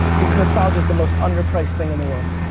because nostalgia is the most under-priced thing in the world.